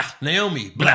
Naomi